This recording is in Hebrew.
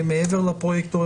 מעבר לפרויקטור,